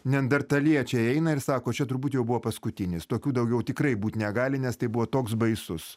neandertaliečiai eina ir sako čia turbūt jau buvo paskutinis tokių daugiau tikrai būt negali nes tai buvo toks baisus